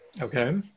Okay